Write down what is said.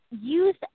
use